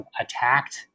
attacked